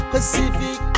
Pacific